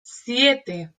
siete